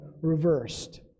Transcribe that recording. reversed